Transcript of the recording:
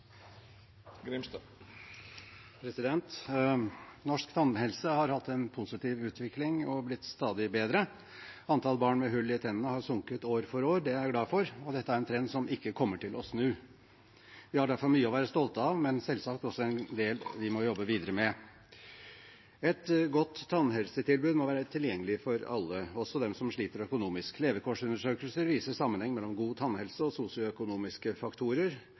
blitt stadig bedre. Antall barn med hull i tennene har sunket år for år. Det er jeg glad for, og dette er en trend som ikke kommer til å snu. Vi har derfor mye å være stolte av, men det er selvsagt en del vi må jobbe videre med. Et godt tannhelsetilbud må være tilgjengelig for alle, også de som sliter økonomisk. Levekårsundersøkelser viser en sammenheng mellom god tannhelse og sosioøkonomiske faktorer.